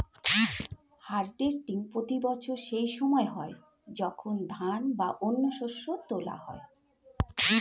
harvesting প্রতি বছর সেই সময় হয় যখন ধান বা অন্য শস্য তোলা হয়